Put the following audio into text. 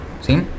See